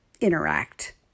interact